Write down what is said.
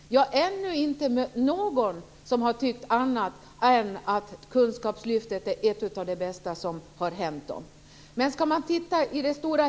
Jag har ännu inte mött någon som har tyckt något annat än att kunskapslyftet är något av det bästa som har hänt dem.